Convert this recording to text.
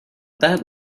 that